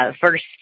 First